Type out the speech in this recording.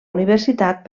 universitat